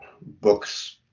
books